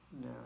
No